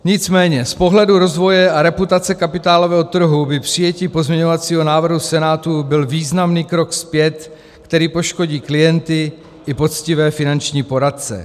Nicméně z pohledu rozvoje a reputace kapitálového trhu by přijetí pozměňovacího návrhu Senátu byl významný krok zpět, který poškodí klienty i poctivé finanční poradce.